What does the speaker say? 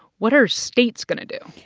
what are states going to do?